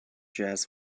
jazz